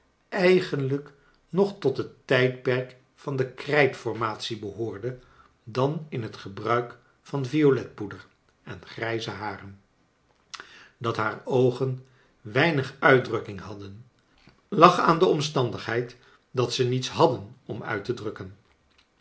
eigenlijk nog tot het tijdperk van de krijtformatie behoorde dan in het gebruik van violetpoeder en grijze haren dat haar oogen weinig uitdrukking hadden lag aan de omstandigheid dat ze niets hadden om uit te drukken